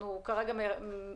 כדי